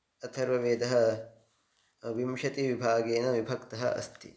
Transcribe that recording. अथर्ववेदः विंशतिविभागेन विभक्तः अस्ति